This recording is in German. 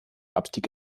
abstieg